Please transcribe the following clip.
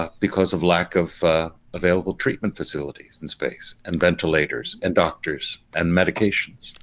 ah because of lack of available treatment facilities, and space, and ventilators, and doctors and medications.